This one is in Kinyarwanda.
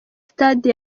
stade